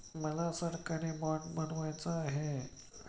मला सरकारी बाँड बनवायचा आहे